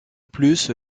plus